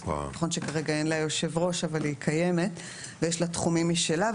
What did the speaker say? נכון שכרגע אין לה יושב-ראש אבל היא קיימת ויש לה תחומים משלה.